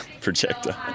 projector